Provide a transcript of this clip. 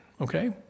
okay